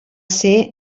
ser